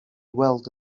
weld